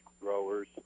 growers